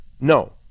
No